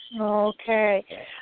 Okay